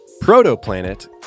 proto-planet